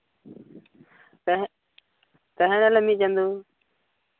ᱛᱟᱦᱮᱸ ᱛᱟᱦᱮᱱᱟᱞᱮ ᱢᱤᱫ ᱪᱟᱸᱫᱚ